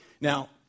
Now